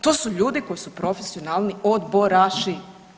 To su ljudi koji su profesionalni odboraši.